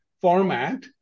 format